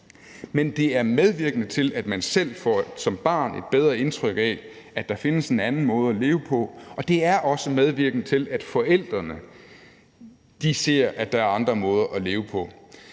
men det er medvirkende til, at man som barn får et bedre indtryk af, at der findes en anden måde at leve på, og det er også medvirkende til, at forældrene ser, at der er andre måder at leve på.